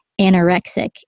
anorexic